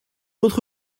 autre